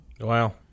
Wow